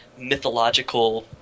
mythological